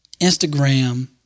Instagram